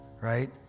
right